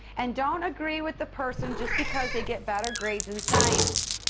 and don't agree with the person just because they get better grades in science.